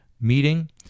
meeting